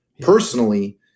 Personally